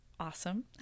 Awesome